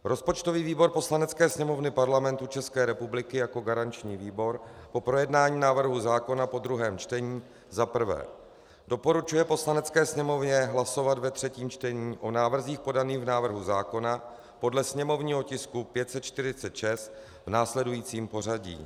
Rozpočtový výbor Poslanecké sněmovny Parlamentu České republiky jako garanční výbor po projednání návrhu zákona po druhém čtení za prvé doporučuje Poslanecké sněmovně hlasovat ve třetím čtení o návrzích podaných v návrhu zákona podle sněmovního tisku 546 v následujícím pořadí.